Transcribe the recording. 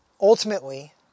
Ultimately